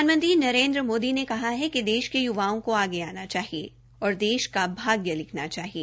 प्रधानमंत्री नरेन्द्र मोदी ने कहा है कि देश के य्वाओं को आगे आना चाहिए और देश का भाग्य लिखना चाहिए